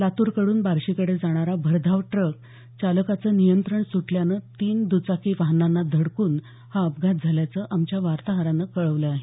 लातूरकडून बार्शींकडे जाणारा भरधाव ट्रक चालकाचं नियंत्रण सुटल्यानं तीन दचाकी वाहनांना धडकून हा अपघात झाल्याचं आमच्या वार्ताहरानं कळवलं आहे